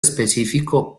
específico